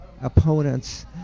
opponent's